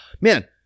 Man